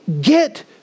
get